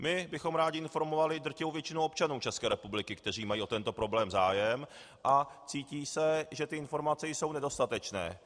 My bychom rádi informovali drtivou většinu občanů České republiky, kteří mají o tento problém zájem a cítí, že ty informace jsou nedostatečné.